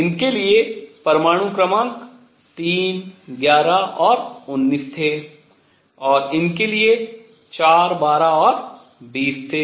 इनके लिए परमाणु क्रमांक 3 11 और 19 थे इनके लिए 4 12 और 20 थे